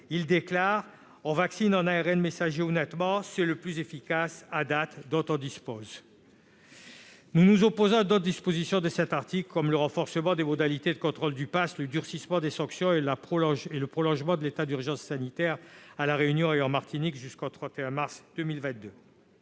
a déclaré :« On vaccine en ARN messager. Honnêtement, c'est le plus efficace, à date, dont on dispose. » Nous nous opposons à d'autres dispositions de cet article, comme le renforcement des modalités de contrôle du passe, le durcissement des sanctions et le prolongement de l'état d'urgence sanitaire à La Réunion et en Martinique jusqu'au 31 mars 2022.